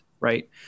right